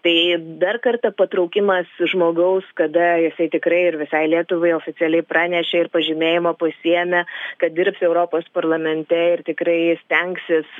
tai dar kartą patraukimas žmogaus kada jisai tikrai ir visai lietuvai oficialiai pranešė ir pažymėjimą pasiėmė kad dirbs europos parlamente ir tikrai stengsis